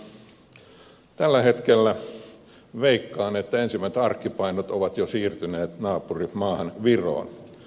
tällä hetkellä veikkaan että ensimmäiset arkkipainot ovat jo siirtyneet naapurimaahan viroon